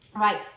Right